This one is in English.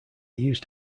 used